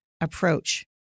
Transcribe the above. approach